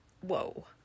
whoa